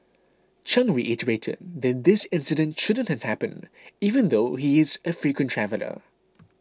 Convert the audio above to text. Chang reiterated that this incident shouldn't have happened even though he is a frequent traveller